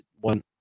one